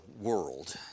world